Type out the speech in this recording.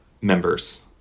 members